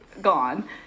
gone